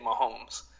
Mahomes